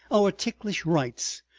our ticklish rights,